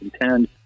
intend